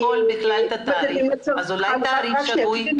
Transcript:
התעריף שגוי?